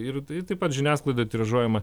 ir ir taip pat žiniasklaida tiražuojama